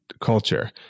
culture